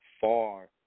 far